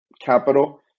capital